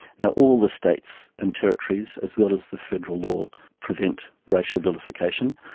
you know all the states and territories, as well as the federal law, prevent racial vilification.